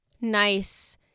nice